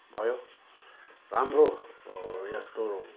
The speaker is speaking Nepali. भयो राम्रो यस्तो